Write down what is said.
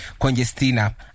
congestina